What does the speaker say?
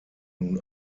nun